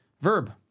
Verb